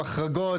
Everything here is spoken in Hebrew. החרגות?